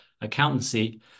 accountancy